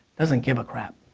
doesn't give a crap.